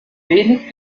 wenig